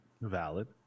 Valid